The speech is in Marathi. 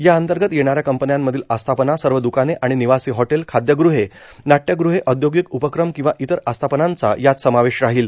यांतर्गत येणाऱ्या कंपन्यामधील आस्थापना सर्व द्काने आणि निवासी हॉटेल खाद्यग़हे नाट्यग़हे औद्योगिक उपक्रम किंवा इतर आस्थापनांचा यात समावेश राहील